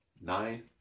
Nine